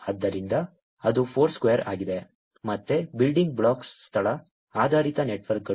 ಆದ್ದರಿಂದ ಅದು ಫೋರ್ಸ್ಕ್ವೇರ್ ಆಗಿದೆ ಮತ್ತೆ ಬಿಲ್ಡಿಂಗ್ ಬ್ಲಾಕ್ಸ್ ಸ್ಥಳ ಆಧಾರಿತ ನೆಟ್ವರ್ಕ್ಗಳು